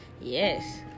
yes